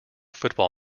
football